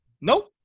Nope